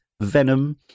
Venom